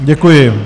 Děkuji.